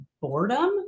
boredom